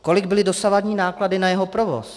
Kolik byly dosavadní náklady na jeho provoz?